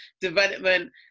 development